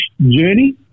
journey